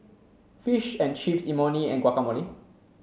Fish and Chips Imoni and Guacamole